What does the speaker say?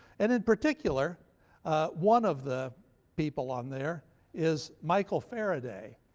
and in particular one of the people on there is michael faraday,